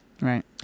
Right